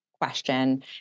question